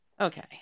okay